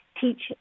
teach